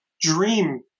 dream